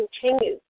continues